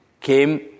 came